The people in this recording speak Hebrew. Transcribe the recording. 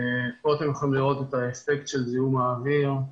פה אתם יכולים לראות את אפקט זיהום האוויר,